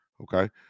Okay